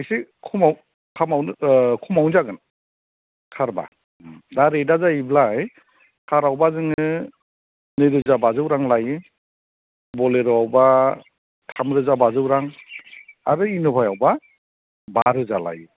एसे खमाव खामावनो खमावनो जागोन कारबा दा रेदा जायैबाय कारावबा जोङो नैरोजा बाजौ रां लायो बलेर'आवबा थामरोजा बाजौ रां आरो इन'बायावबा बा रोजा लायो